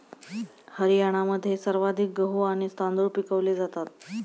हरियाणामध्ये सर्वाधिक गहू आणि तांदूळ पिकवले जातात